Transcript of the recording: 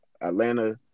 Atlanta